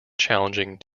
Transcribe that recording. challenging